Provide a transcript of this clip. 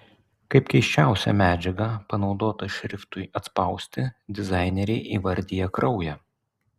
kaip keisčiausią medžiagą panaudotą šriftui atspausti dizaineriai įvardija kraują